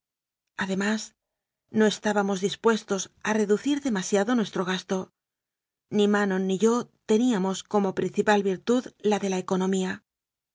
además no estábamos dispuestos a reducir demasiado nuestro gasto ni manon ni yo teníamos como principal virtud la de la economía